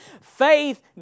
Faith